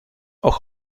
och